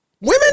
Women